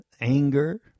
anger